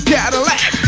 Cadillac